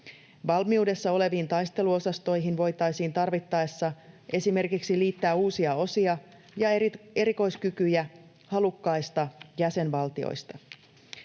Valmiudessa oleviin taisteluosastoihin voitaisiin tarvittaessa esimerkiksi liittää uusia osia ja erikoiskykyjä halukkaista jäsenvaltioista.